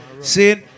See